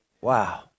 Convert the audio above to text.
Wow